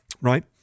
right